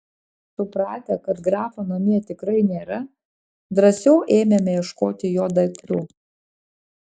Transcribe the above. supratę kad grafo namie tikrai nėra drąsiau ėmėme ieškoti jo daiktų